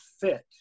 fit